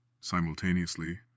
Simultaneously